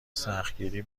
سختگیری